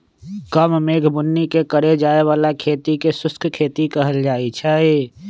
कम मेघ बुन्नी के करे जाय बला खेती के शुष्क खेती कहइ छइ